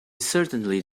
certainly